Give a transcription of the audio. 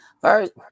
first